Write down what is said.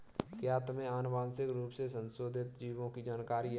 क्या तुम्हें आनुवंशिक रूप से संशोधित जीवों की जानकारी है?